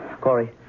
Corey